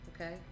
Okay